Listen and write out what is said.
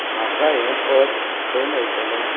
म्हाका हें पद खंय मेळटलें